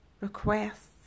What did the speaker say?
requests